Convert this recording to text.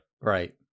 right